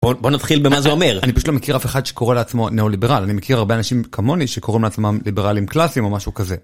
בוא נתחיל במה זה אומר? אני פשוט לא מכיר אף אחד שקורא לעצמו נאו ליברל, אני מכיר הרבה אנשים כמוני שקוראים לעצמם ליברלים קלאסיים או משהו כזה